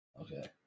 Okay